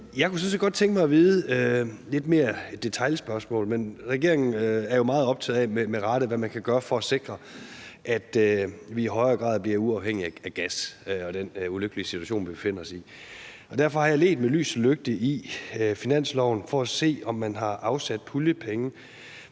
et spørgsmål, der er lidt mere et detailspørgsmål, men regeringen er jo med rette meget optaget af, hvad man kan gøre for at sikre, at vi i højere grad bliver uafhængige af gas i forhold til den ulykkelige situation, vi befinder os i. Derfor har jeg ledt med lys og lygte i finanslovsforslaget for at se, om man har afsat puljepenge